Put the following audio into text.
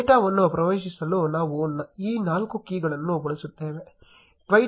ಡೇಟಾವನ್ನು ಪ್ರವೇಶಿಸಲು ನಾವು ಈ ನಾಲ್ಕು ಕೀಗಳನ್ನು ಬಳಸುತ್ತೇವೆ